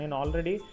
already